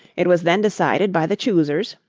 it was then decided by the choosers,